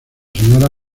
señora